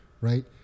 right